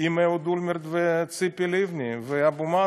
עם אהוד אולמרט וציפי לבני ואבו מאזן.